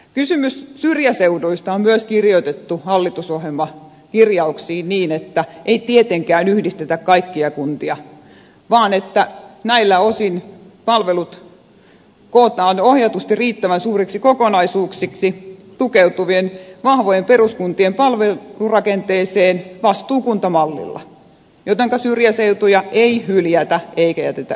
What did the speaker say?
kysymys syrjäseuduista on myös kirjoitettu hallitusohjelmakirjauksiin niin että ei tietenkään yhdistetä kaikkia kuntia vaan että näiltä osin palvelut kootaan ohjatusti riittävän suuriksi kokonaisuuksiksi vahvojen peruskuntien palvelurakenteeseen vastuukuntamallilla jotenka syrjäseutuja ei hyljätä eikä jätetä yksin